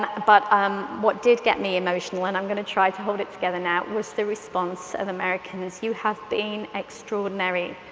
ah but um what did get me emotional and i'm gonna try to hold it together now was the response of americans. you have been extraordinary.